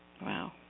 wow